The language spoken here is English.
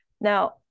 Now